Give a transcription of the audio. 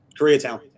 Koreatown